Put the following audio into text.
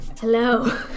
Hello